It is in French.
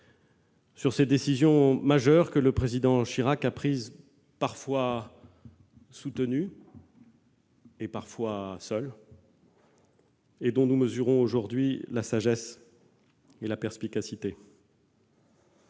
sur ses décisions majeures, que le président Chirac a prises parfois soutenu, parfois seul, et dont nous mesurons aujourd'hui la sagesse et la perspicacité.